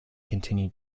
continued